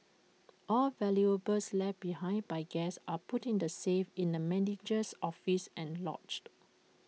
all valuables left behind by guests are put in A safe in the manager's office and logged